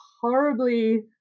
horribly